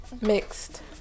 mixed